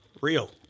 real